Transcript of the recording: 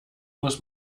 muss